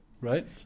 Right